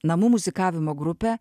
namų muzikavimo grupę